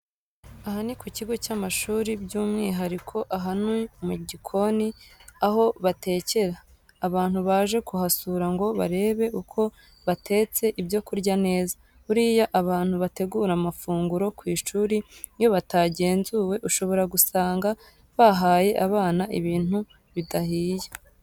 Aha ni ku kigo cy'amashuri byumwihariko aha ni mu gikoni aho batekera, abantu baje kuhasura ngo barebe uko batetse ibyokurya neza, buriya abantu bategura amafunguro ku ishuri iyo batagenzuwe ushobora gusanga bahaye abana ibintu bidahiye.